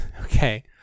okay